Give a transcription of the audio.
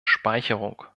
speicherung